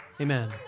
Amen